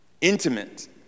Intimate